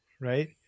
right